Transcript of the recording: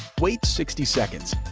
wait sixty seconds.